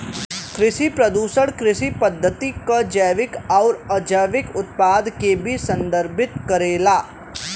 कृषि प्रदूषण कृषि पद्धति क जैविक आउर अजैविक उत्पाद के भी संदर्भित करेला